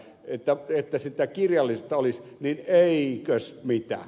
että sitä kirjallisuutta olisi niin eikös mitä